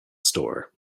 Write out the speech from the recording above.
store